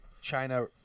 China